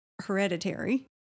hereditary